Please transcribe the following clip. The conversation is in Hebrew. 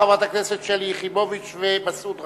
חברי הכנסת שלי יחימוביץ ומסעוד גנאים.